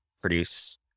produce